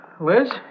Liz